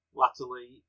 latterly